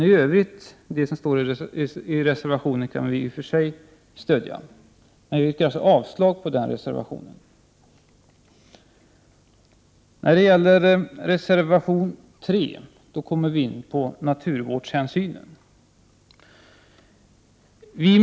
I övrigt kan vi i och för sig stödja den. Jag yrkar alltså avslag på reservation 2. I reservation 3 av miljöpartiet tas frågan om naturvårdshänsynen upp.